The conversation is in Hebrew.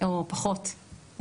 או פחות.